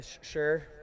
Sure